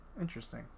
Interesting